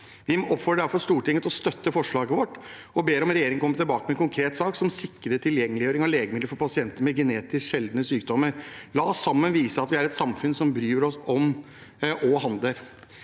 Vi oppfordrer derfor Stortinget til å støtte forslaget vårt om å be regjeringen komme tilbake med en konkret sak som sikrer tilgjengeliggjøring av legemidler for pasienter med genetisk sjeldne sykdommer. La oss sammen vise at vi er et samfunn som bryr oss og handler.